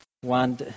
One